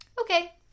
okay